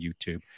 YouTube